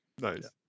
Nice